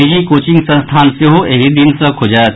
निजी कोचिंग संस्थान सेहो एहि दिन सँ खुजत